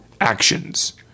actions